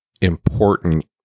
important